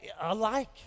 alike